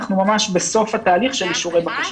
אנחנו ממש בסוף התהליך של אישור הבקשות.